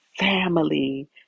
Family